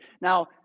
Now